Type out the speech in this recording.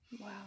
Wow